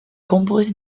composé